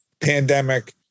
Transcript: pandemic